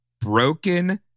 broken